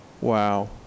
wow